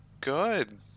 good